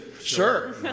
Sure